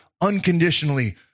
unconditionally